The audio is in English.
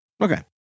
Okay